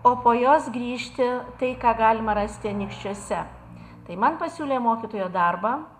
o po jos grįžti tai ką galima rasti anykščiuose tai man pasiūlė mokytojo darbą